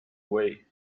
way